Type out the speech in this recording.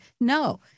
No